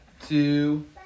two